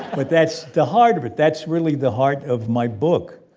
but that's the heart of it. that's really the heart of my book.